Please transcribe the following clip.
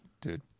dude